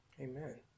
Amen